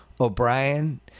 O'Brien